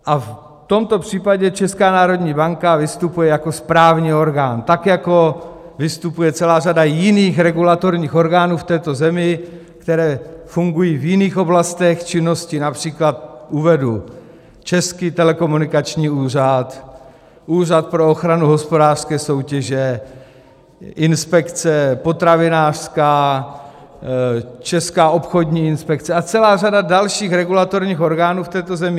V tomto případě Česká národní banka vystupuje jako správní orgán, tak jako vystupuje celá řada jiných regulatorních orgánů v této zemi, které fungují v jiných oblastech činnosti, například uvedu Český telekomunikační úřad, Úřad pro ochranu hospodářské soutěže, inspekce potravinářská, Česká obchodní inspekce a je celá řada dalších regulatorních orgánů v této zemi.